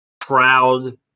proud